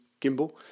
gimbal